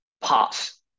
parts